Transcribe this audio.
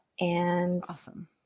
Awesome